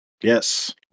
Yes